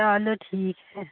चलो ठीक है